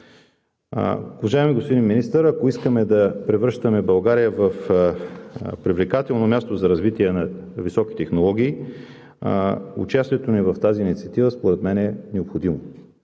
Уважаеми господин Министър, ако искаме да превръщаме България в привлекателно място за развитие на високи технологии, участието ни в тази инициатива според мен е необходимо.